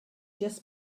just